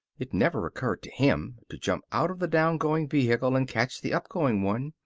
it never occurred to him to jump out of the down-going vehicle and catch the up-going one.